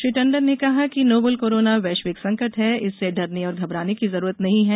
श्री टंडन ने कहा कि नोवल कोरोना वैश्विक संकट है इससे डरने और घबराने की जरूरत नहीं है